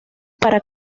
para